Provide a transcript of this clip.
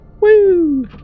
Woo